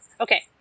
Okay